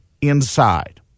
inside